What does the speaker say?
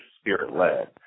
spirit-led